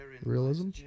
Realism